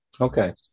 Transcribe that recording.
Okay